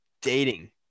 dating